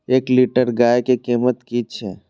एक लीटर गाय के कीमत कि छै?